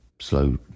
slow